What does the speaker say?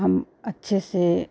हम अच्छे से